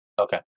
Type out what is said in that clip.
Okay